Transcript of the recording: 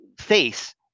face